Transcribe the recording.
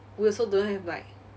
we also don't have like